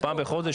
פעם בחודש?